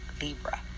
Libra